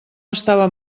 estava